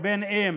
ואם